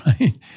right